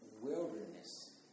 wilderness